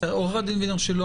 עורכת הדין וינר שילה,